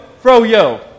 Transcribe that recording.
fro-yo